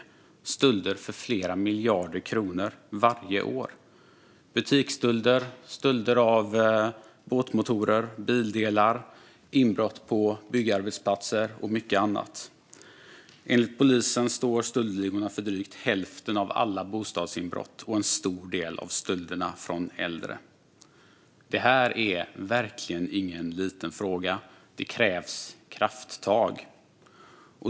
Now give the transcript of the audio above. Det handlar om stölder för flera miljarder kronor varje år: butiksstölder, stölder av båtmotorer och bildelar, inbrott på byggarbetsplatser och mycket annat. Enligt polisen står stöldligorna för drygt hälften av alla bostadsinbrott och en stor del av stölderna från äldre. Det här är verkligen ingen liten fråga. Det krävs krafttag.